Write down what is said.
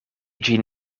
ĝin